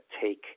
take